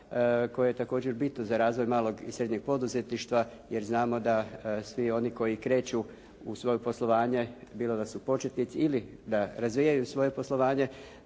koje je također bitno za razvoj malog i srednjeg poduzetništva jer znamo da svi oni koji kreću u svoje poslovanje, bilo da su početnici ili da razvijaju svoje poslovanje